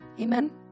Amen